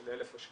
של 1000 השקלים.